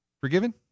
forgiven